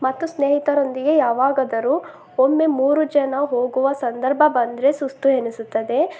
ಮತ್ತು ಸ್ನೇಹಿತರೊಂದಿಗೆ ಯಾವಾಗಾದರು ಒಮ್ಮೆ ಮೂರು ಜನ ಹೋಗುವ ಸಂದರ್ಭ ಬಂದರೆ ಸುಸ್ತು ಎನ್ನಿಸುತ್ತದೆ